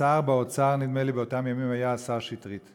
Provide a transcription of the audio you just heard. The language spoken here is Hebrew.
השר באוצר, נדמה לי, באותם ימים היה השר שטרית.